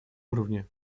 уровне